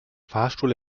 fahrstuhl